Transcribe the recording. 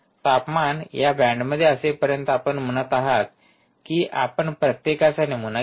तापमान या बँडमध्ये असेपर्यंत आपण म्हणत आहात की आपण प्रत्येकाचा नमुना घेता